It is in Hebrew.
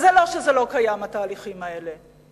זה לא שזה לא קיים, התהליכים האלה.